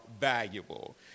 valuable